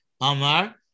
Amar